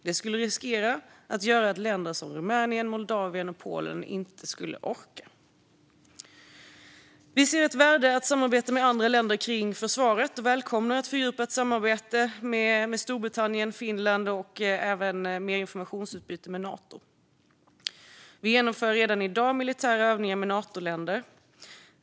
Det skulle riskera att göra att länder som Rumänien, Moldavien och Polen inte skulle orka. Vi ser ett värde av att samarbeta med andra länder kring försvaret och välkomnar ett fördjupat samarbete med Storbritannien och Finland och med mer informationsutbyte med Nato. Vi genomför redan i dag militära övningar med Natoländer.